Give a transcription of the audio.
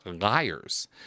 liars